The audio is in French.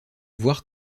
voir